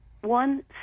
one